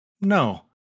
no